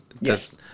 Yes